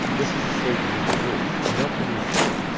this is the state that you produce. you don't produce sleep.